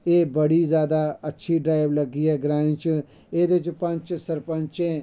एह् बड़ी जादा अच्छी डराईव लग्गी ऐ ग्राएं च एह्दे च पंचें सरपंचें